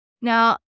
Now